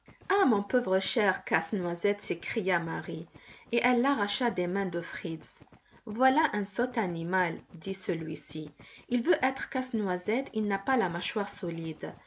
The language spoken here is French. ah mon pauvre cher casse-noisette s'écria marie et elle l'arracha des mains de fritz voilà un sot animal dit celui-ci il veut être casse-noisette il n'a pas la mâchoire solide